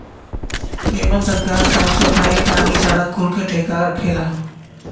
एमन सरकार साफ सफाई, पानी, सड़क कुल के ठेका रखेला